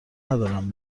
ندارم